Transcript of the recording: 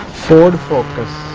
for focus